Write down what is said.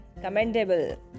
commendable